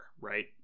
right